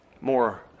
more